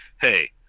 Hey